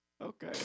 Okay